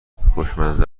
خوشمزه